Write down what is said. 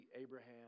Abraham